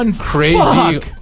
crazy